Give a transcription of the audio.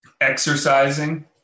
exercising